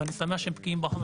ואני שמח שהם בקיאים בחומר,